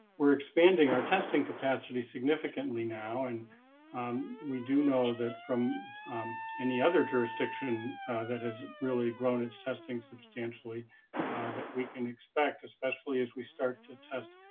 we're expanding our testing capacity, significantly now, and we do now that from any other jurisdiction that has really grown its testing substantially that we can expect, especially as we start to test